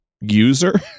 user